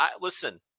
listen